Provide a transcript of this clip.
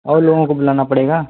और लोगों को बुलाना पड़ेगा